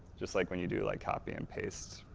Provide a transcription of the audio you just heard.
just like when you do like copy and paste,